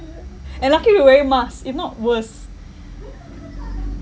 and lucky we're wearing masks if not worse